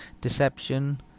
Deception